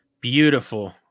Beautiful